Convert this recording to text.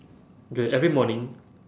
okay every morning